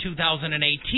2018